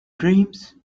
dreams